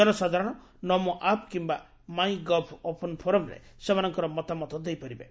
ଜନସାଧାରଣ 'ନମୋ ଆପ୍' କିମ୍ମା 'MyGov open ଫୋରମ୍ରେ ସେମାନଙ୍କର ମତାମତ ଦେଇପାରିବେ